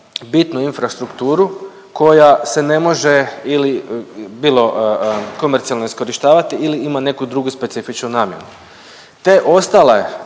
bitnu infrastrukturu koja se ne može ili bilo komercijalno iskorištavati ili ima neku drugu specifičnu namjenu, te ostale